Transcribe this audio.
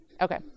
Okay